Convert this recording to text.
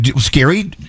Scary